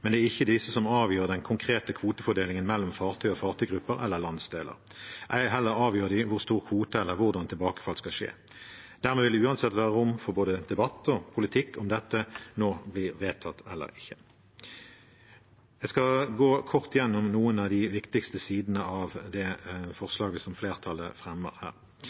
det er ikke disse som avgjør den konkrete kvotefordelingen mellom fartøy og fartøygrupper eller landsdeler. Ei heller avgjør de hvor store kvoter skal være, eller hvordan tilbakefall skal skje. Derfor vil det uansett være rom for både debatt og politikk om dette nå blir vedtatt eller ikke. Jeg skal gå kort gjennom noen av de viktigste sidene av forslaget som flertallet fremmer her.